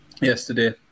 yesterday